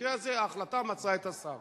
במקרה הזה, ההחלטה מצאה את השר.